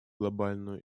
глобальную